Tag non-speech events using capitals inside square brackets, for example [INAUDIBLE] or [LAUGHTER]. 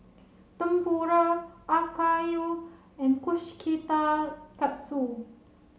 Tempura Akayu and [UNINTELLIGIBLE]